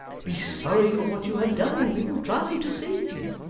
be sorry for what you have done, and we will try to save you.